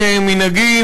כמנהגי,